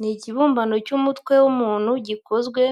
Ni ikibumbano cy'umutwe w'umuntu gikozwe